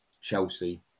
Chelsea